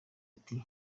ati